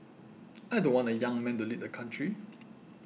I don't want a young man to lead the country